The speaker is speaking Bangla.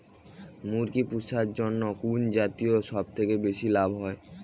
মুরগি পুষার জন্য কুন জাতীয় সবথেকে বেশি লাভ হয়?